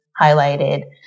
highlighted